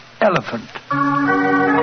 Elephant